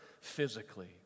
physically